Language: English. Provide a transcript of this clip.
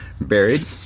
Buried